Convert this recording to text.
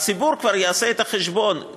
הציבור כבר יעשה את החשבון.